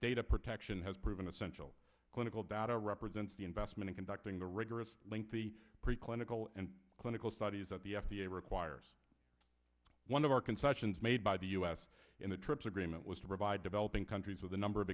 data protection has proven essential clinical data represents the investment in conducting the rigorous link the preclinical and clinical studies at the f d a requires one of our concessions made by the u s in the trips agreement was to provide developing countries with a number of